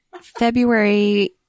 February